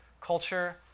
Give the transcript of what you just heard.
Culture